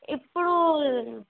ఇప్పుడూ